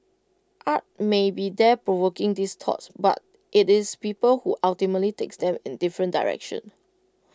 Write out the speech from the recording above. art may be there provoking these thoughts but IT is people who ultimately take them in different directions